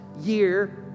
year